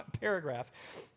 paragraph